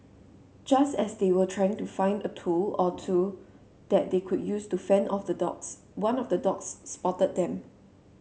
just as they were trying to find a tool or two that they could use to fend off the dogs one of the dogs spotted them